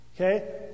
okay